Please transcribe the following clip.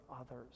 others